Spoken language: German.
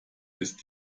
ist